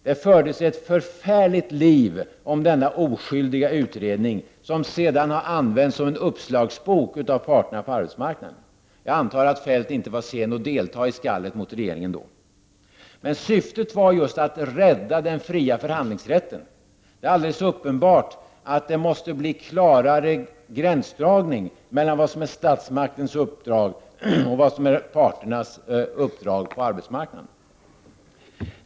Då fördes ett förfärligt liv om denna oskyldiga utredning, som sedan har använts som en uppslagsbok av parterna på arbetsmarknaden. Jag antar att Feldt inte var sen att delta i skallet mot regeringen då. Men syftet var just att rädda den fria förhandlingsrätten. Det är alldeles uppenbart att det måste bli klarare gränsdragning mellan vad som är statsmakternas uppdrag och vad som är parternas uppdrag på arbetsmarknaden.